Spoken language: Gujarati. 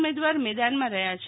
મેદવાર મેદાનમાં રહ્યા છે